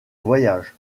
voyages